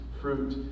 fruit